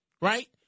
right